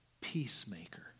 peacemaker